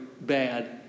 bad